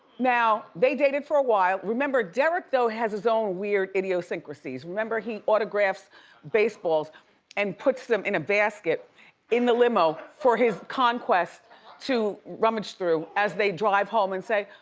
now they dated for a while. remember derek though has his own weird idiosyncrasies. remember he autographs baseballs and puts them in a basket in the limo for his conquests to rummage through as they drive home and say,